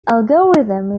algorithm